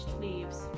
leaves